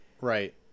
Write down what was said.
Right